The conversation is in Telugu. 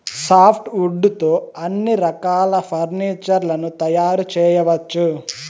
సాఫ్ట్ వుడ్ తో అన్ని రకాల ఫర్నీచర్ లను తయారు చేయవచ్చు